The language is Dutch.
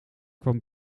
kwam